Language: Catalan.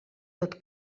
tot